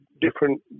different